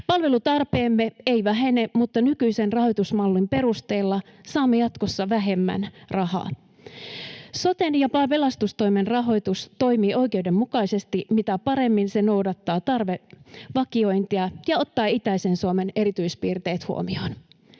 Palvelutarpeemme ei vähene, mutta nykyisen rahoitusmallin perusteella saamme jatkossa vähemmän rahaa. Soten ja pelastustoimen rahoitus toimii oikeudenmukaisesti, mitä paremmin se noudattaa tarvevakiointia ja ottaa itäisen Suomen erityispiirteet huomioon.